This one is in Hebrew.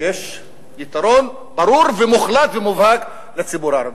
יש יתרון ברור ומוחלט ומובהק לציבור הערבי.